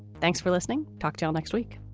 thanks for listening. talk to all next week